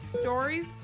stories